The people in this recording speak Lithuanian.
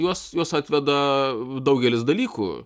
juos juos atveda daugelis dalykų